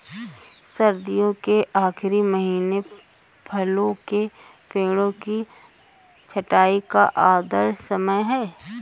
सर्दियों के आखिरी महीने फलों के पेड़ों की छंटाई का आदर्श समय है